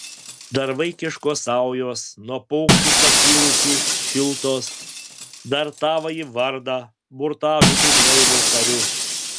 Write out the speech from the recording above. dar vaikiškos saujos nuo paukščių pakilusių šiltos dar tavąjį vardą burtažodį naivų tariu